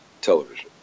television